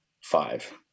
five